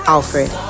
Alfred